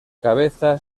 cabeza